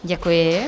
Děkuji.